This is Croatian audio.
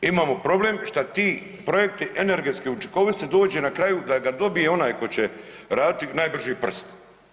Imamo problem šta ti projekti energetske učinkovitosti dođe na kraju da ga dobije ko će raditi najbrži prst.